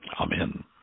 Amen